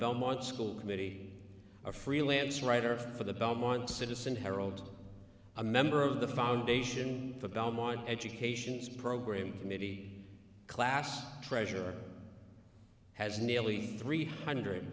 belmont school committee or a freelance writer for the belmont citizen herald a member of the foundation for belmont education's program committee a class treasure has nearly three hundred